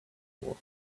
before